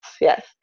yes